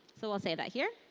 so i'll say that here.